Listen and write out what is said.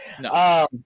No